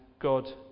God